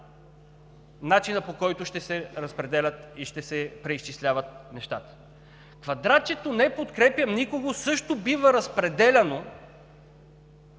начина, по който ще се разпределят и ще се преизчисляват нещата. Квадратчето „Не подкрепям никого“ също бива разпределяно,